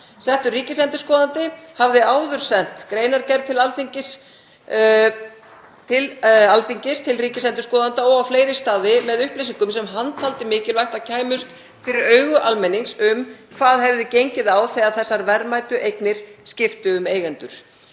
Settur ríkisendurskoðandi hafði áður sent greinargerð til Alþingis, ríkisendurskoðanda og á fleiri staði með upplýsingum sem hann taldi mikilvægt að kæmust fyrir augu almennings um hvað hefði gengið á þegar þessar verðmætu eignir skiptu um eigendur.